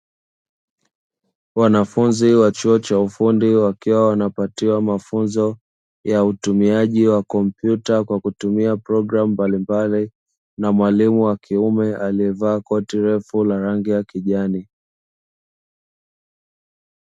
Wanafunzi wa chuo cha ufundi, wakiwa wanapatiwa mafunzo ya utumiaji wa komputa, kwa kutumia programu mbalimbali na mwalimu wa kiume aliyevaa koti refu la rangi ya kijani.